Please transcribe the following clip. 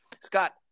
Scott